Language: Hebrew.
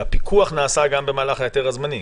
הפיקוח נעשה גם במהלך ההיתר הזמני.